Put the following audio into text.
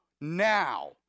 Now